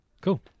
Cool